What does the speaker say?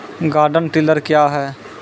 Garden tiller क्या हैं?